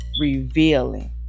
revealing